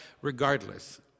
regardless